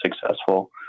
successful